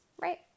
right